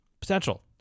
potential